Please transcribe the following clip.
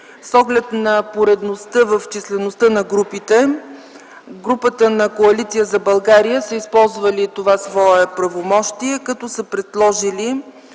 С оглед на поредността в числеността на групите, Парламентарната група на Коалиция за България са използвали това свое правомощие като са предложили